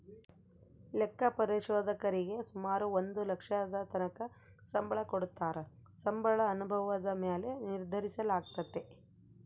ಲೆಕ್ಕ ಪರಿಶೋಧಕರೀಗೆ ಸುಮಾರು ಒಂದು ಲಕ್ಷದತಕನ ಸಂಬಳ ಕೊಡತ್ತಾರ, ಸಂಬಳ ಅನುಭವುದ ಮ್ಯಾಲೆ ನಿರ್ಧರಿಸಲಾಗ್ತತೆ